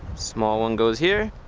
small one goes here.